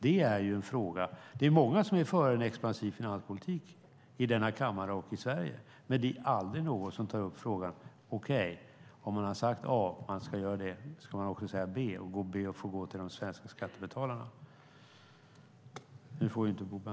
Många i denna kammare och i Sverige är för en expansiv finanspolitik, men det är aldrig någon som tar upp att om man har sagt A, att man ska göra det, måste man också säga B och gå till de svenska skattebetalarna.